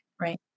right